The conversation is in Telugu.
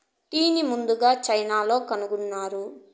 టీని ముందుగ చైనాలో కనుక్కున్నారు